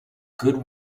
good